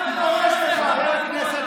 חבר הכנסת